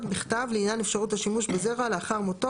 בכתב לעניין אפשרות השימוש בזרע לאחר מותו,